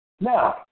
Now